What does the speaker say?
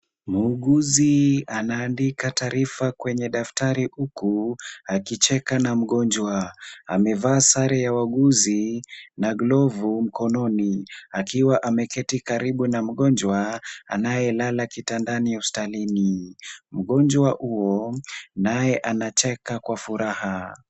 Muuguzi anaandika taarifa kwenye daftari huku akicheka na mgonjwa. Amevaa sare ya wauguzi na glovu mkononi, akiwa ameketi karibu na mgonjwa anayelala kitandani hospitalini. Mgonjwa huyo naye anacheka kwa furaha.